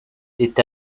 est